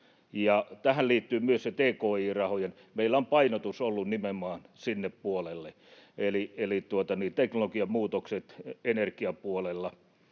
Tähän liittyvät myös ne tki-rahat: meillä on painotus ollut nimenomaan sinne puolelle, eli teknologian muutoksiin energiapuolella.